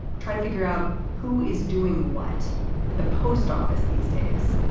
try to figure out who is doing what at the post office these days,